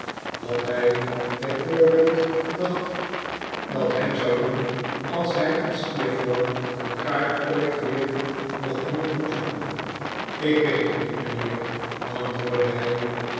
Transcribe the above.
wat hij bij voorbeeld dacht dat ham zou doen als hij en steerforth elkaar ooit weer mochten ontmoeten ik weet het niet mijnheer antwoordde hij